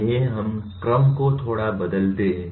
आइए हम क्रम को थोड़ा बदलते हैं